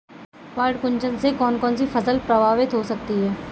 पर्ण कुंचन से कौन कौन सी फसल प्रभावित हो सकती है?